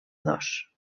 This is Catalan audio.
dos